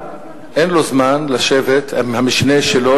אין לו זמן לשבת עם המשנה שלו,